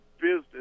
business